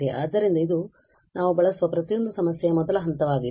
ಆದ್ದರಿಂದ ಇದು ನಾವು ಬಳಸುವ ಪ್ರತಿಯೊಂದು ಸಮಸ್ಯೆಯ ಮೊದಲ ಹಂತವಾಗಿದೆ